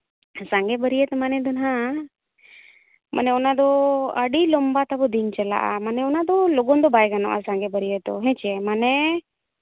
ᱥᱟᱸᱜᱮ ᱵᱟᱹᱨᱭᱟᱹᱛ ᱢᱟᱱᱮ ᱫᱚ ᱦᱟᱸᱜ ᱢᱟᱱᱮ ᱚᱱᱟ ᱫᱚ ᱟᱹᱰᱤ ᱞᱚᱢᱵᱟ ᱛᱟᱵᱚ ᱫᱤᱱ ᱪᱟᱞᱟᱜᱼᱟ ᱚᱱᱮ ᱚᱱᱟ ᱫᱚ ᱞᱚᱜᱚᱱ ᱫᱚ ᱵᱟᱭ ᱜᱟᱱᱚᱜᱼᱟ ᱥᱟᱸᱜᱮ ᱵᱟᱹᱨᱭᱟᱹᱛ ᱫᱚ ᱦᱮᱸ ᱪᱮ ᱢᱟᱱᱮ